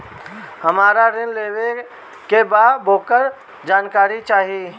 हमरा ऋण लेवे के बा वोकर जानकारी चाही